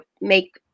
make